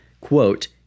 quote